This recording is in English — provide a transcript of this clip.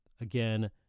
again